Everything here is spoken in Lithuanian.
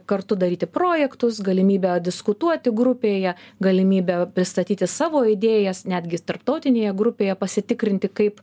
kartu daryti projektus galimybę diskutuoti grupėje galimybę pristatyti savo idėjas netgi tarptautinėje grupėje pasitikrinti kaip